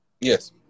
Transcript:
yes